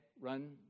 run